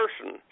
person